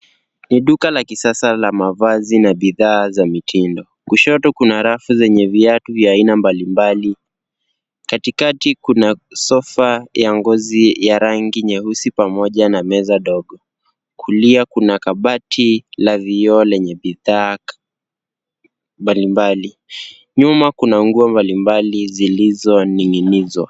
Ni duka la kisasa la mavazi na bidhaa za mitindo. Kushoto kuna rafu zenye viatu vya aina mbalimbali. Katikati kuna sofa ya ngozi ya rangi nyeusi pamoja na meza ndogo. Kulia kuna kabati la vioo lenye bidhaa mbalimbali. Nyuma kuna nguo mbalimbali zilizoning'inizwa.